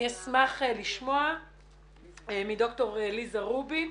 אני אשמח לשמוע מדוקטור ליזה רובין,